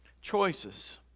choices